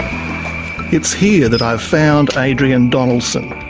it's here that i've found adrian donaldson,